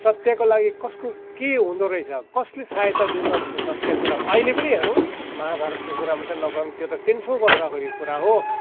सत्यको लागि कसको के हुँदो रहेछ कसले सहायता दिँदो रहेछ सत्य कुरामा अहिले पनि हेरौँ महाभारतको मात्रै कुरा नगरौँ त्यो त तिन सय वर्ष अगाडिको कुरा हो